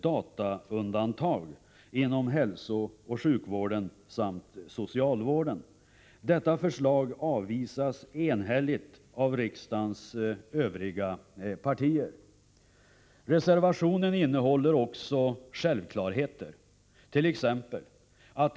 dataundantag inom hälsooch sjukvården samt socialvården. Detta förslag avvisas enhälligt av riksdagens övriga partier. ; Reservationen innehåller också självklarheter.